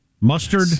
Mustard